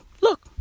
look